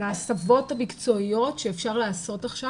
להסבות המקצועיות שאפשר לעשות עכשיו.